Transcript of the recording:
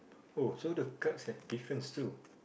oh so the guides have different stool